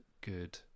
good